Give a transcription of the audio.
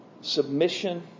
submission